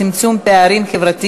בעד, 27 חברי